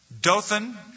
Dothan